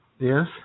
Yes